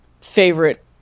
favorite